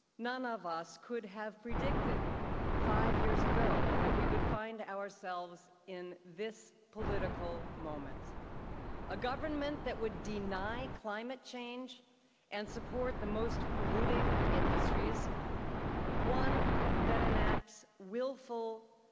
none of us could have predicted five years ago that we would find ourselves in this political moment a government that would deny climate change and support the most polluting industries one that enacts willful,